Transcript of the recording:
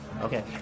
okay